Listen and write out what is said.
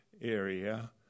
area